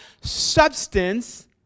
substance